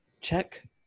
check